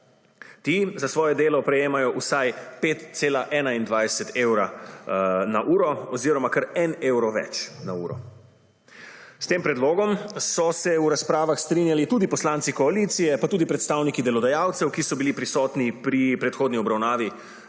ti za svoje delo prejemajo 5,21 evra na uro oziroma kar en evro več na uro. S tem predlogom so se v razpravah strinjali tudi poslanci koalicije, pa tudi predstavniki delodajalcev, ki so bili prisotni pri predhodni obravnavi